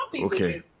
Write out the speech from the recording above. Okay